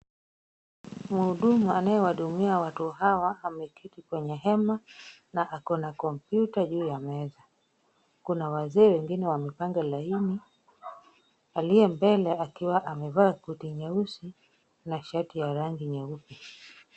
Mhudumu anayewahudumia watu hawa ameketi kwenye hema, na ako na kompyuta juu ya meza. Kuna wazee wengine wamepanga laini, aliye mbele akiwa amevaa koti nyeusi, na shati ya rangi nyeupe.